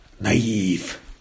naive